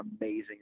amazing